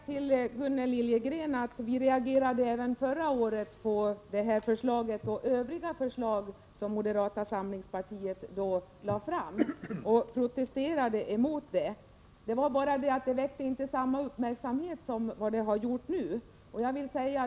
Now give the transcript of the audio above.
Herr talman! Jag vill säga till Gunnel Liljegren att vi även förra året reagerade mot det här förslaget — och övriga förslag som moderata samlingspartiet lade fram. Vi protesterade alltså mot förslaget. Det var bara det att det inte väckte samma uppmärksamhet som det har väckt nu.